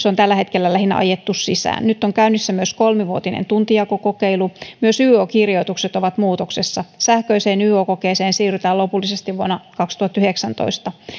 on tällä hetkellä lähinnä ajettu sisään nyt on käynnissä myös kolmivuotinen tuntijakokokeilu myös yo kirjoitukset ovat muutoksessa sähköiseen yo kokeeseen siirrytään lopullisesti vuonna kaksituhattayhdeksäntoista